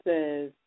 says